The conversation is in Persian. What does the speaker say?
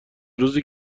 روزی